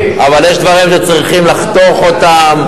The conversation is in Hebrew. אבל יש דברים שצריך לחתוך אותם,